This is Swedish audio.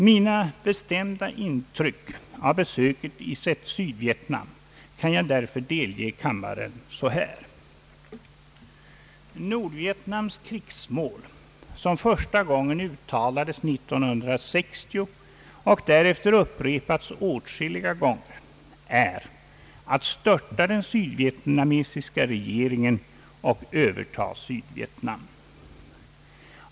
Mina avvägda intryck av besöket i Sydvietnam kan jag därför delge kammaren på följande sätt. Nordvietnams krigsmål, som första gången uttalades 1960 och därefter upprepats åtskilliga gånger, är att störta den sydvietnamesiska regeringen och överta Sydvietnam.